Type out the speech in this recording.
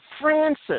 Francis